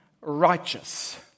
righteous